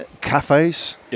cafes